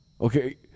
Okay